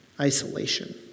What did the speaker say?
isolation